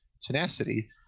tenacity